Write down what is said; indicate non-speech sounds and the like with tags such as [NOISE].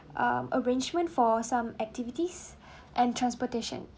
um arrangement for some activities [BREATH] and transportation